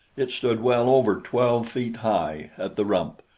it stood well over twelve feet high at the rump,